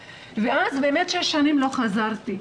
ואז באמת שש שנים לא חזרתי,